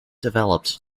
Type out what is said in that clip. developed